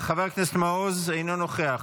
חבר הכנסת מעוז, אינו נוכח,